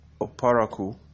Oparaku